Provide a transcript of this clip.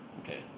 Okay